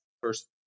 first